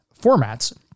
formats